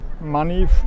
money